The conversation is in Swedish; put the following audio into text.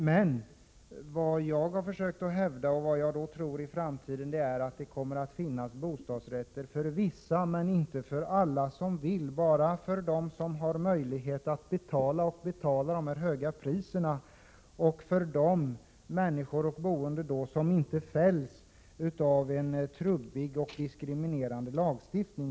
Vad jag däremot har försökt hävda är att det i framtiden kommer att finnas bostadsrätter för vissa människor, nämligen bara för dem som har möjlighet att betala de höga priserna och för dem som inte fälls av en trubbig och diskriminerande lagstiftning.